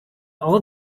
all